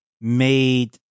made